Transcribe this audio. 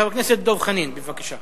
חבר הכנסת דב חנין, בבקשה.